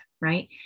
right